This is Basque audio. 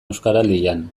euskaraldian